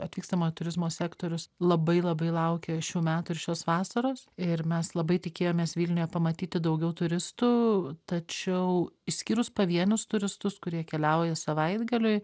atvykstamojo turizmo sektorius labai labai laukia šių metų ir šios vasaros ir mes labai tikėjomės vilniuje pamatyti daugiau turistų tačiau išskyrus pavienius turistus kurie keliauja savaitgaliui